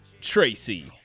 Tracy